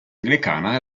anglicana